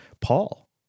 Paul